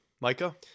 Micah